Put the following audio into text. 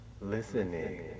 listening